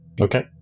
Okay